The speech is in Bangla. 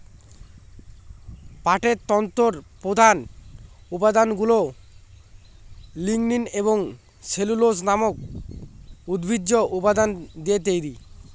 পাটের তন্তুর প্রধান উপাদানগুলা লিগনিন এবং সেলুলোজ নামক উদ্ভিজ্জ উপাদান দিয়ে তৈরি